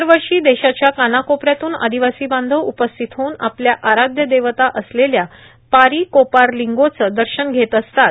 दर वर्षी देशाच्या कानाकोपऱ्यातून आदिवासी बांधव उपस्थित होऊन आपल्या आराध्य देवत असलेल्या पारी कोपार लिंगोचं दर्शन घेत असतात